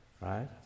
right